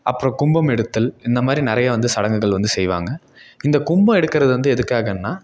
அப்புறம் கும்பம் எடுத்தல் இந்தமாதிரி நிறையா வந்து சடங்குகள் வந்து செய்வாங்க இந்த கும்பம் எடுக்கறது வந்து எதுக்காகன்னா